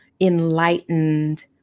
enlightened